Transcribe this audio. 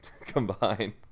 combine